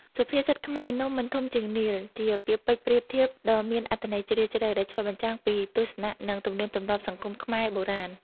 សុភាសិតខ្មែរ នំមិនធំជាងនាឡិ ជាពាក្យពេចន៍ប្រៀបធៀបដ៏មានអត្ថន័យជ្រាលជ្រៅ ដែលឆ្លុះបញ្ចាំងពីទស្សនៈ និងទំនៀមទម្លាប់សង្គមខ្មែរបុរាណ ។